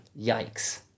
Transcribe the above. Yikes